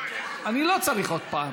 אני לא צריך עוד פעם.